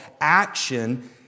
action